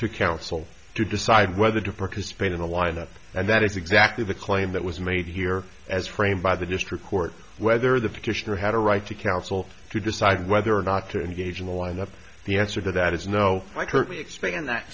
to counsel to decide whether to participate in a lineup and that is exactly the claim that was made here as framed by the district court whether the petitioner had a right to counsel to decide whether or not to engage in the lineup the answer to that is no i currently expand that